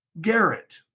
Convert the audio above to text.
Garrett